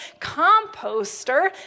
composter